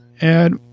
add